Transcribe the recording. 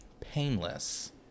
painless